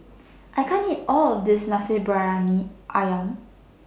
I can't eat All of This Nasi Briyani Ayam